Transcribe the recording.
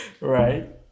right